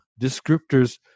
descriptors